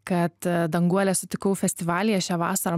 kad danguolę sutikau festivalyje šią vasarą